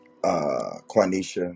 Quanisha